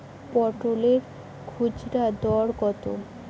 পটলের খুচরা দর কত?